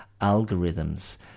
algorithms